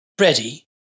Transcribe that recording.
Ready